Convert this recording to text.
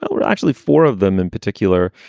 but we're actually four of them in particular.